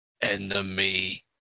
enemy